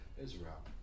Israel